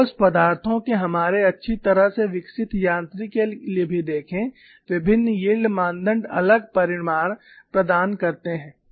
ठोस पदार्थों के हमारे अच्छी तरह से विकसित यांत्रिकी के लिए भी देखें विभिन्न यील्ड मानदंड अलग परिणाम प्रदान करते हैं